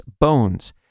bones